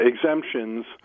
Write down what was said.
exemptions